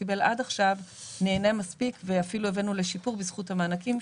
קיבל עד עכשיו נהנה מספיק ואפילו הבאנו לשיפור בזכות המענקים,